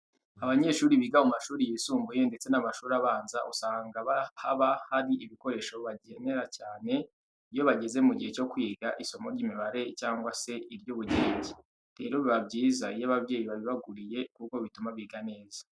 Abanyeshuri biga mu mashuri yisumbuye ndetse n'amashuri abanza usanga haba hari ibikoresho bakenera cyane cyane iyo bageze mu gihe cyo kwiga isomo ry'imibare cyangwa se iry'ubugenge. Rero biba byiza iyo ababyeyi babibaguriye kuko bituma biga neza.